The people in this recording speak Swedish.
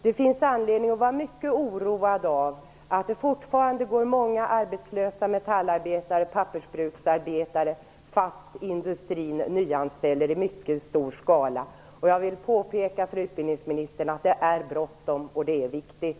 Det finns anledning att vara mycket oroad av att många arbetslösa metallarbetare och pappersbruksarbetare fortfarande går arbetslösa, trots att industrin nyanställer i mycket stor skala. Jag vill påpeka för utbildningsministern att det är bråttom och att det är viktigt.